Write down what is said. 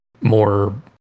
more